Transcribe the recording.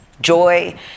Joy